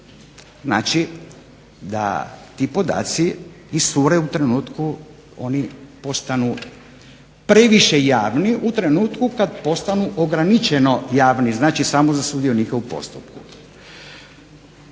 Znači da ti podaci iscure u trenutku oni postanu previše javni u trenutku kad postanu ograničeno javni, znači samo za sudionike u postupku.